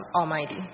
Almighty